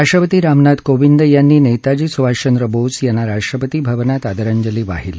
राष्ट्रपती रामनाथ कोविंद यांनी नेताजी सुभाष चंद्र बोस यांना राष्ट्रपती भवनात आदरांजली वाहीली